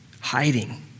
Hiding